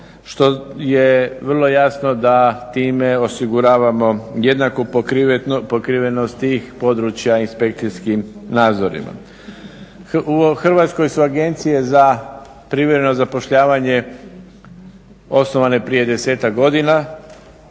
što je vrlo jasno da time osiguravamo jednaku pokrivenost tih područja inspekcijskim nadzorima. U hrvatskoj su agencije za privremeno zapošljavanje osnovane prije desetak godina.